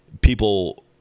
People